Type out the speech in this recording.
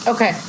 Okay